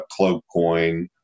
Cloakcoin